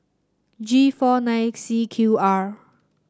G four nine C Q R